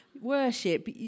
worship